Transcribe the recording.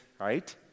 right